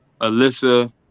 Alyssa